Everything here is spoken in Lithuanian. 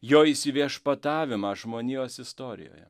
jo įsiviešpatavimą žmonijos istorijoje